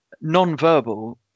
non-verbal